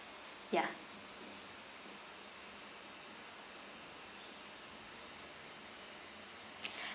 ya